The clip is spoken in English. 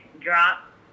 drop